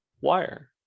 wire